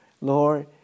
Lord